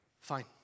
fine